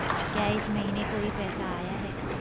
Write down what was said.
क्या इस महीने कोई पैसा आया है?